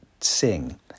sing